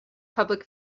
public